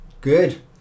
Good